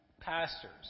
pastors